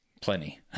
plenty